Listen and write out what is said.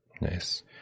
nice